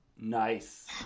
Nice